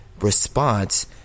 response